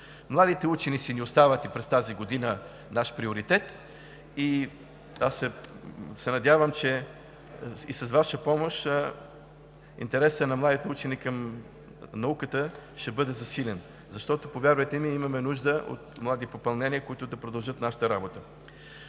Младите учени остават и през тази година наш приоритет. Аз се надявам, и с Ваша помощ интересът на младите учени към науката ще бъде засилен, защото, повярвайте ми, имаме нужда от млади попълнения, които да продължат нашата работа.